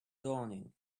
dawning